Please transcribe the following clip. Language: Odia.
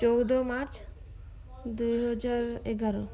ଚଉଦ ମାର୍ଚ୍ଚ ଦୁଇ ହଜାର ଏଗାର